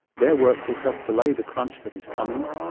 their work will help delay the crunch that is coming,